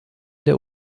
der